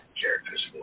character's